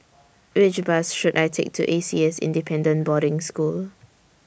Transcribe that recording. Which Bus should I Take to A C S Independent Boarding School